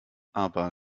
aber